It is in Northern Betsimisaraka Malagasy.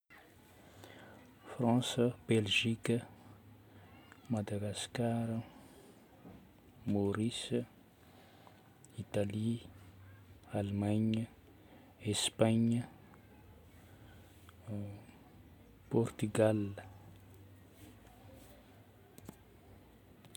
France, Belgique, Madagascar, Maurice, Italie, Allemagne, Espagne, Portugal.